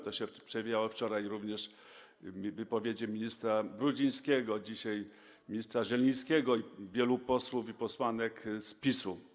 To się przewijało również wczoraj w wypowiedzi ministra Brudzińskiego, a dzisiaj - ministra Zielińskiego i wielu posłów i posłanek z PiS-u.